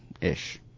ish